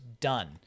Done